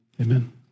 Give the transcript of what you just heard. amen